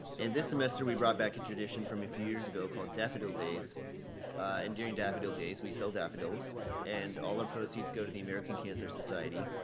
and this semester we brought back a tradition from a few years ago called daffodil days and during daffodil days we sell daffodils and all our proceeds go to the american cancer society.